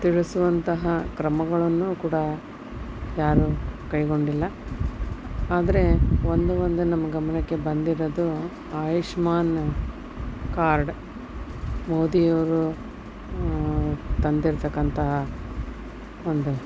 ತಿಳಿಸುವಂತಹ ಕ್ರಮಗಳನ್ನೂ ಕೂಡ ಯಾರೂ ಕೈಗೊಂಡಿಲ್ಲ ಆದರೆ ಒಂದು ಒಂದು ನಮ್ಮ ಗಮನಕ್ಕೆ ಬಂದಿರೋದು ಆಯುಷ್ಮಾನ್ ಕಾರ್ಡ್ ಮೋದಿ ಅವರು ತಂದಿರತಕ್ಕಂತಹ ಒಂದು